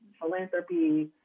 philanthropy